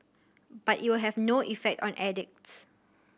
but it will have no effect on addicts